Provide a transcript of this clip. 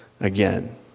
again